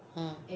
!huh!